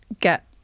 get